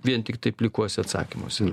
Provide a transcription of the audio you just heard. vien tiktai plikuose atsakymuose